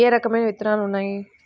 ఏ రకమైన విత్తనాలు ఉన్నాయి?